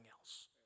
else